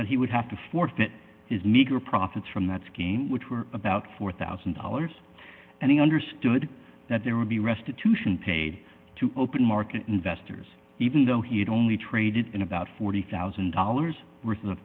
that he would have to forfeit his meager profits from that scheme which were about four thousand dollars and he understood that there would be restitution paid to open market investors even though he'd only traded in about forty thousand dollars worth of